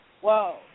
whoa